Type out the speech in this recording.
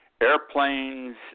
Airplanes